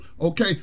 Okay